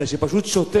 אלא שפשוט שוטר,